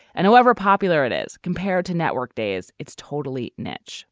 and however popular it is compared to network days it's totally niche